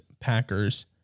Packers